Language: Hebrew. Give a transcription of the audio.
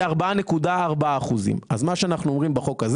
היא 4.4%. מה שאנחנו אומרים בחוק הזה